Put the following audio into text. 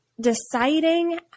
deciding